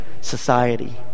society